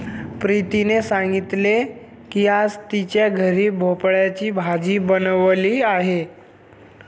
प्रीतीने सांगितले की आज तिच्या घरी भोपळ्याची भाजी बनवली आहे